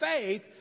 faith